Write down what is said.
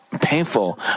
painful